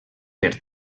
per